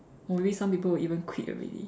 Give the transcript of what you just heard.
or maybe some people will even quit already